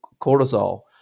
cortisol